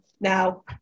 now